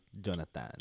Jonathan